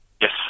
Yes